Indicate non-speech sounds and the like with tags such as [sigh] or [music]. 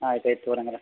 ಆಯ್ತು ಆಯ್ತು [unintelligible]